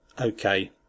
okay